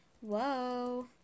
Whoa